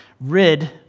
Rid